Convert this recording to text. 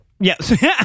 Yes